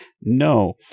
No